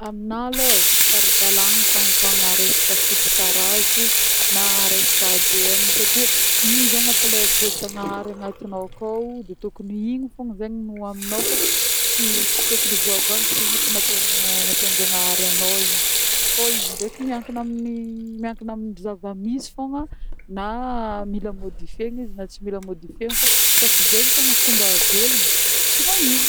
Aminah alôa e, tsy ara-dalagna ny fagnovagna resaka foto-tarazo na resaka ADN satria igny zany le efa le voa-janahary agnatinô akô de tokony igny fogna zegny ny ho aminô fô tsy tsy tokony hovaovagna satria igny le efa natôn-natôn-jagnahary anô igny fô izy ndreka miankina- amin'ny miankina amin'ny zava-misy fogna na mila modifié-na izy na tsy mila modifié-na fô izy koà fô zegny le fomba fomba havelogna de tsy magnino.